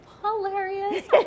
hilarious